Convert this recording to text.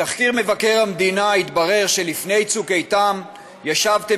מתחקיר מבקר המדינה התברר שלפני צוק איתן ישבתם